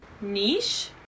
Niche